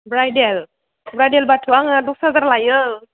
bridal ब्राइदेलबाथ' आङो दस हाजार लायो